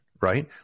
right